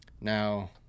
Now